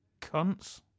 cunts